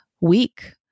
week